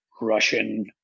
russian